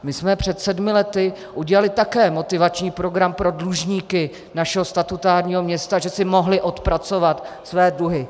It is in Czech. My jsme před sedmi lety udělali také motivační program pro dlužníky našeho statutárního města, že si mohli odpracovat své dluhy.